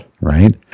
right